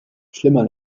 schlimmer